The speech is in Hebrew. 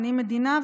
פנים-מדינה,